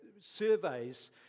surveys